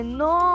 no